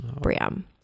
Bram